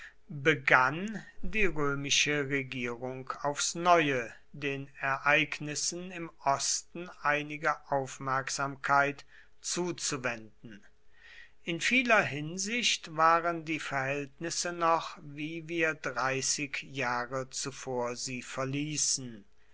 begann die römische regierung aufs neue den ereignissen im osten einige aufmerksamkeit zuzuwenden in vieler hinsicht waren die verhältnisse noch wie wir dreißig jahre zuvor sie verließen